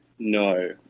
No